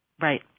Right